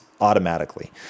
automatically